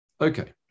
Okay